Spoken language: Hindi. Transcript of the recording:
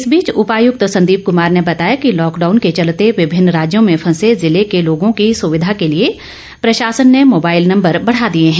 इस बीच उपायुक्त संदीप कुमार ने बताया कि लॉकडाउन के चलते विभिन्न राज्यों में फंसे जिले के लोगों की सुविधा के लिए प्रशासन ने मोबाईल नंबर बढ़ा दिए हैं